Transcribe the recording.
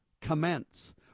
commence